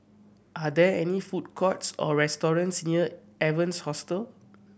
are there any food courts or restaurants near Evans Hostel